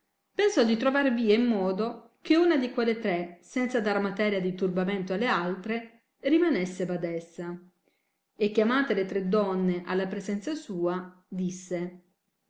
pensò di trovar via e modo che una di quelle tre senza dar materia di turbamento alle altre rimanesse badessa e chiamate le tre donne alla presenza sua disse